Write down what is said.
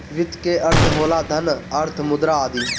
वित्त के अर्थ होला धन, अर्थ, मुद्रा आदि